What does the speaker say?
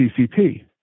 CCP